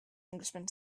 englishman